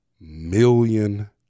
million